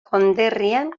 konderrian